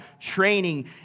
training